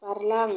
बारलां